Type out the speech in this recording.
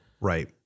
Right